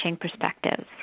perspectives